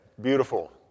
Beautiful